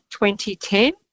2010